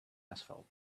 asphalt